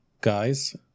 Guys